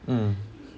mm